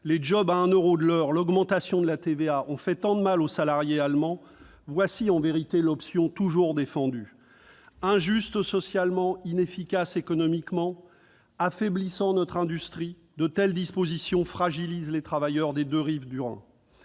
les jobs à 1 euro de l'heure ou l'augmentation de la TVA, voilà, en vérité, l'option toujours défendue. Injustes socialement, inefficaces économiquement, affaiblissant notre industrie, de telles dispositions fragilisent les travailleurs des deux rives du Rhin.